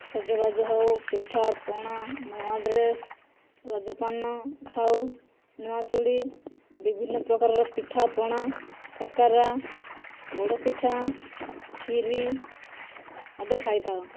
ସଜବାଜ ହେଉ ପିଠା ପଣା ନୂଆ ଡ୍ରେସ୍ ରଜ ପାନ ଖାଉ ନୂଆ ଚୁଡ଼ି ବିଭିନ୍ନ ପ୍ରକାରର ପିଠା ପଣା କାକରା ପୋଡ଼ପିଠା କ୍ଷୀରି ଆଦି ଖାଇଥାଉ